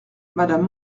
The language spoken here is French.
madame